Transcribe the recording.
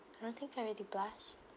I don't think I already blush